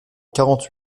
quarante